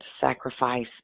sacrifice